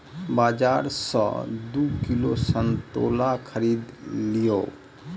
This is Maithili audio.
बाजार सॅ दू किलो संतोला खरीद लिअ